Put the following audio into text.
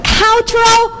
cultural